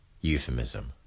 euphemism